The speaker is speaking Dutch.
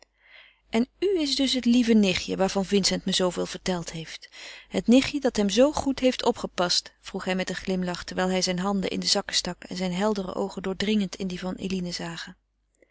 en u is dus het lieve nichtje waarvan vincent me zooveel verteld heeft het nichtje dat hem zoo goed heeft opgepast vroeg hij met een glimlach terwijl hij zijn handen in de zakken stak en zijne heldere oogen doordringend in die van eline zagen